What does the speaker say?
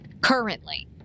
currently